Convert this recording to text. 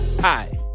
Hi